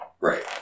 Right